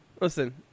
Listen